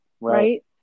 right